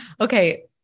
Okay